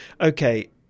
Okay